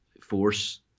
force